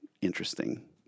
interesting